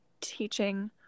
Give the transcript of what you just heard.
teaching